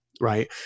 right